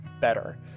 better